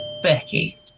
Becky